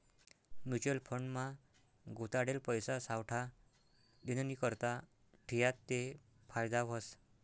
mutual fund मा गुताडेल पैसा सावठा दिननीकरता ठियात ते फायदा व्हस